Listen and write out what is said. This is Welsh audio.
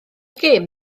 gêm